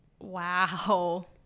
Wow